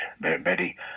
Betty